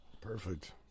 Perfect